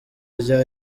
rya